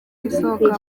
isohoka